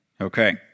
Okay